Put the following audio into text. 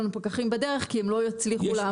עלינו פקחים בדרך כי הם לא יצליחו לעמוד בתנאים.